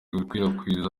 gukwirakwiza